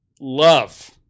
love